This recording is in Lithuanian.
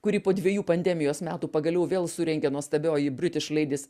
kurį po dvejų pandemijos metų pagaliau vėl surengė nuostabioji britiš leidis